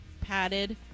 padded